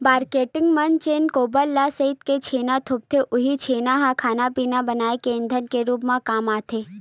marketing मन जेन गोबर ल सइत के छेना थोपथे उहीं छेना ह खाना पिना बनाए के ईधन के रुप म काम आथे